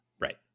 Right